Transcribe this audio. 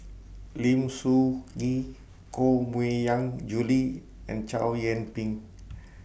Lim Soo Ngee Koh Mui Hiang Julie and Chow Yian Ping